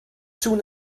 soon